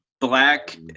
Black